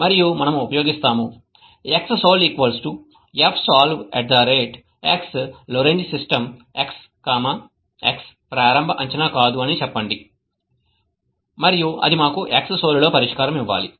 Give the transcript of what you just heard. మరియు మనము ఉపయోగిస్తాము xsol fsolveX Lorenz system x x ప్రారంభ అంచనా కాదు అని చెప్పండి మరియు అది మాకు xsol లో పరిష్కారం ఇవ్వాలి